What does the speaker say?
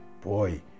boy